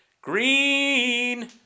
green